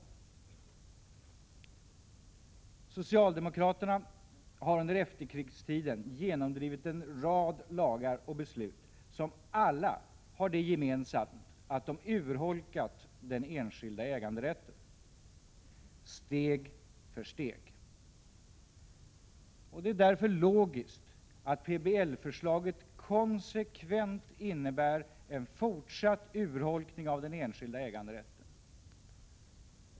AT RE RE RA Socialdemokraterna har under efterkrigstiden genomdrivit en rad lagar och beslut som alla har det gemensamt att de urholkat den enskilda äganderätten — steg för steg. Det är därför logiskt att PBL-förslaget konsekvent innebär en fortsatt urholkning av den enskilda äganderätten.